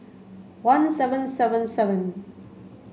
one seven seven seven